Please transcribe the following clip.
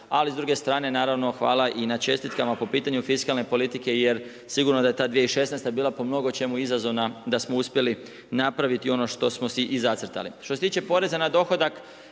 Ali s druge strane naravno hvala i na čestitkama po pitanju fiskalne politike jer sigurno da je ta 2016. bila po mnogo čemu izazovna da smo uspjeli napraviti ono što smo si i zacrtali. Što se tiče poreza na dohodak